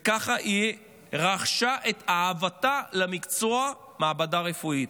וככה היא רכשה את אהבתה למקצוע מעבדה רפואית.